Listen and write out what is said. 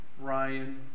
Ryan